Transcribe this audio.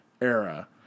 era